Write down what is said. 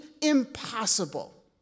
impossible